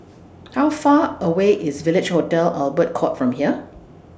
How Far away IS Village Hotel Albert Court from here